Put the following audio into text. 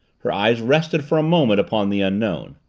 her eyes rested for a moment upon the unknown,